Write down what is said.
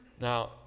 Now